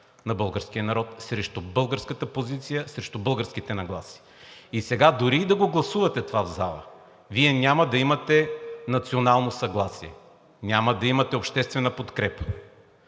на българския народ, срещу българската позиция, срещу българските нагласи и сега дори и да гласувате това в залата, Вие няма да имате национално съгласие, няма да имате обществена подкрепа.